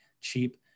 cheap